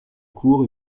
cour